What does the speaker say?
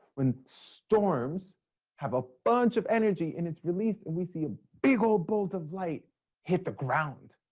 when storms have a bunch of energy and it's released, and we see a big hole bolt of light hit the ground.